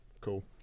Cool